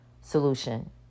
solution